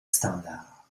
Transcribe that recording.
standard